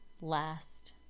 last